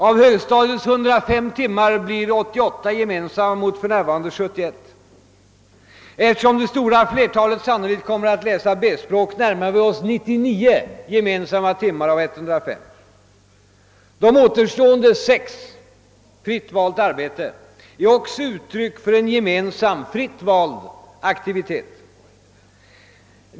Av högstadiets 105 timmar blir 88 gemensamma mot för närvarande 71. Eftersom det stora flertalet sannolikt kommer att läsa B-språk närmar vi oss 99 gemensamma timmar av 105. De återstående 6 — fritt valt arbete — är också uttryck för en gemensam, fritt vald aktivitet.